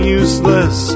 useless